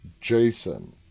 Jason